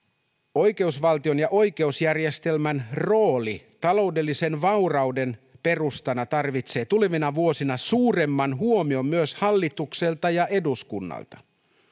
oikeusvaltion ja oikeusjärjestelmän rooli taloudellisen vaurauden perustana tarvitsee tulevina vuosina suuremman huomion myös hallitukselta ja eduskunnalta